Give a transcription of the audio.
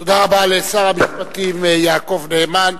תודה רבה לשר המשפטים יעקב נאמן.